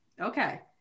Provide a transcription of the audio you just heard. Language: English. Okay